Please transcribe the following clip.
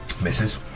misses